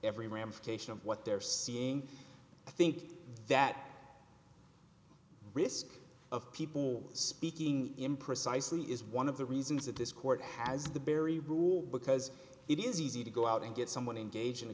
every ramification of what they're seeing i think that risk of people speaking imprecisely is one of the reasons that this court has the barry rule because it is easy to go out and get someone in gage in a